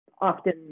often